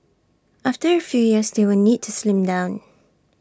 after A few years they will need to slim down